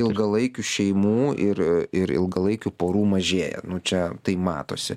ilgalaikių šeimų ir ir ilgalaikių porų mažėja nu čia tai matosi